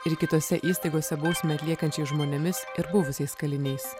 ir kitose įstaigose bausmę atliekančiais žmonėmis ir buvusiais kaliniais